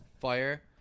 fire